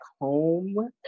home